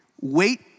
Wait